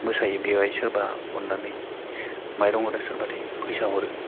मोसायो बेवहाय सोरबा अननानै माइरं हरो सोरबा फैसा हरो